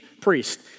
priest